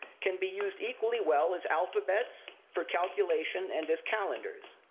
can be used equally well as alphabets for calculation and as calendars.